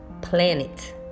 planet